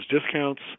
discounts